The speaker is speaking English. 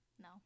no